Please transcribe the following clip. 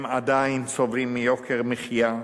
הם עדיין סובלים מיוקר מחיה.